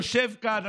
יושב כאן.